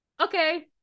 okay